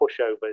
pushovers